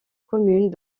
commune